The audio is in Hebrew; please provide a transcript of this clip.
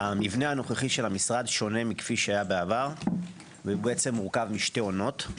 המבנה הנוכחי של המשרד שונה מכפי שהיה בעבר ומורכב משתי אונות.